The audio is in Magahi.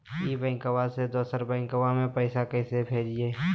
ई बैंकबा से दोसर बैंकबा में पैसा कैसे भेजिए?